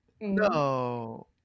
No